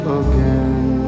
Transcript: again